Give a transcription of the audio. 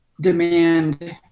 demand